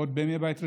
עוד בימי בית ראשון,